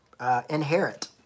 Inherit